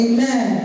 Amen